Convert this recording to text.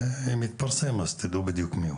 ואם יתפרסם, אז תדעו בדיוק מי.